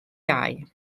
iau